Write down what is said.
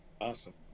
Awesome